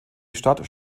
stadt